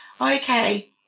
Okay